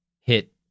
hit